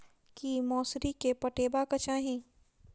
की मौसरी केँ पटेबाक चाहि?